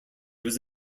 was